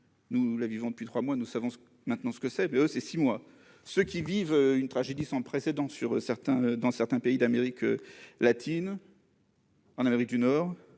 nous la vivons depuis trois mois, nous savons maintenant ce que c'est !-, ceux qui vivent également une tragédie sans précédent dans certains pays d'Amérique latine, en Amérique du Nord,